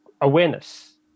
awareness